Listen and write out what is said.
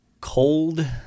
cold –